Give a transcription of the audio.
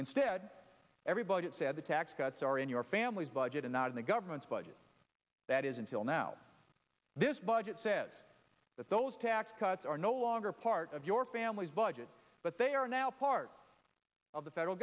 instead everybody said the tax cuts are in your family's budget and not in the government's budget that is until now this budget says that those tax cuts are no longer part of your family's budget but they are now part of the federal